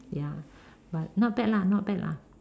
ya but not bad lah not bad lah